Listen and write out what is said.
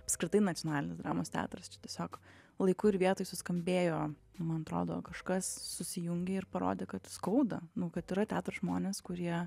apskritai nacionalinis dramos teatras čia tiesiog laiku ir vietoj suskambėjo man atrodo kažkas susijungė ir parodė kad skauda nu kad yra teatro žmonės kurie